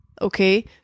okay